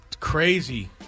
Crazy